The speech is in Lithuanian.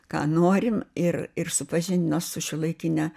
ką norim ir ir supažindino su šiuolaikine